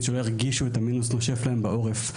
שלא הרגישו את המינוס נושף להם בעורף,